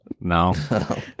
No